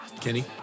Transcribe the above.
Kenny